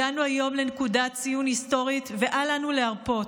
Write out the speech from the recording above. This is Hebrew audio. הגענו היום לנקודת ציון היסטורית ואל לנו להרפות.